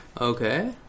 Okay